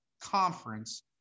conference